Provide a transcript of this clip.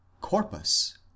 Corpus